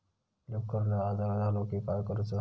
Leaf curl आजार झालो की काय करूच?